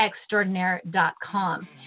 Extraordinaire.com